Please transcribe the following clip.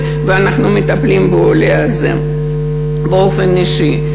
אנחנו מטפלים בעולה הזה באופן אישי.